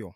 n'udutebo.